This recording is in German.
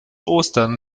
ostern